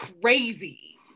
crazy